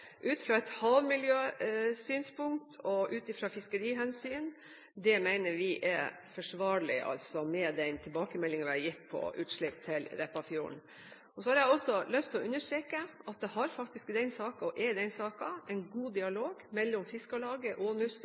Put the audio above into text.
med den tilbakemeldingen vi har gitt på utslipp til Repparfjorden. Så har jeg også lyst til å understreke at det faktisk har vært, og er, i den saken en god dialog mellom Fiskarlaget og